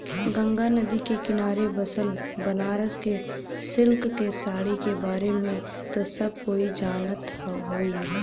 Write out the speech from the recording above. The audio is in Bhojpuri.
गंगा नदी के किनारे बसल बनारस क सिल्क क साड़ी के बारे में त सब कोई जानत होई